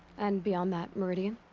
and beyond that, meridian?